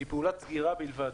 היא פעולת סגירה בלבד.